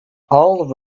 all